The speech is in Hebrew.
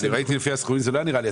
לפי הסכומים זה לא היה נראה לי.